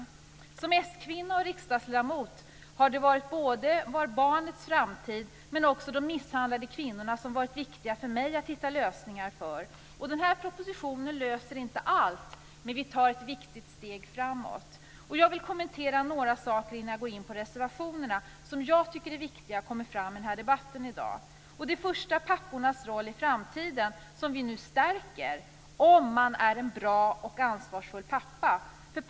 Det har för mig som s-kvinna och riksdagsledamot varit viktigt att hitta lösningar både för barnens framtid och för de misshandlade kvinnorna. Denna proposition löser inte allt, men vi tar ett viktigt steg framåt. Jag vill kommentera några saker som jag tycker är viktiga i debatten i dag innan jag går in på reservationerna. Det första är pappornas roll i framtiden. Vi stärker nu de bra och ansvarsfulla pappornas roll.